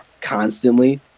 constantly